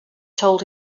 told